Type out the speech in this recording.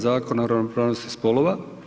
Zakona o ravnopravnosti spolova.